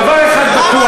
דבר אחד בטוח,